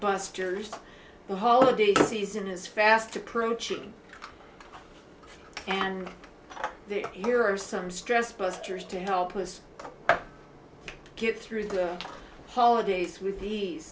busters the holiday season is fast approaching and here are some stress busters to help us get through the holidays with ease